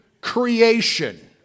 creation